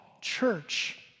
church